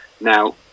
now